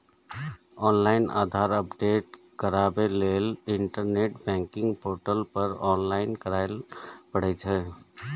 online Aadhaar update कराबै लेल internet banking portal पर लॉगइन करय पड़ै छै